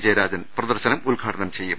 ജയരാജൻ പ്രദർശനം ഉദ്ഘാടനം ചെയ്യും